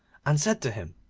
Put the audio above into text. and said to him,